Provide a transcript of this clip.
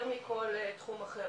יותר מכל תחום אחר.